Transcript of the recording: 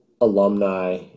alumni